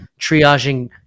triaging